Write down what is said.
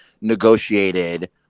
negotiated